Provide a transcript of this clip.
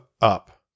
up